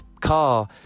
car